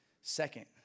Second